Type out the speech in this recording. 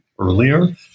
earlier